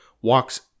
walks